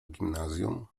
gimnazjum